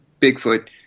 Bigfoot